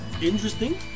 interesting